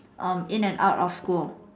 um in and out of school